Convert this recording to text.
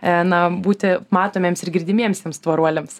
na būti matomiems ir girdimiems tiems tvaruoliams